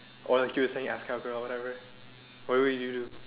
or like you will suddenly whatever what would you do